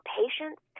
patients